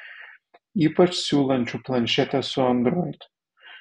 ypač siūlančių planšetes su android